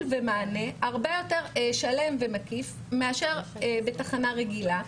ומענה הרבה יותר שלם ומקיף מאשר בתחנה רגילה.